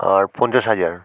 আর পঞ্চাশ হাজার